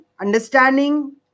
understanding